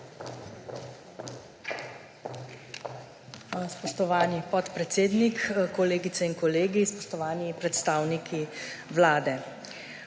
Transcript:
Spoštovani podpredsednik, kolegice in kolegi, spoštovani predstavniki Vlade!